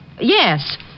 yes